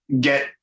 get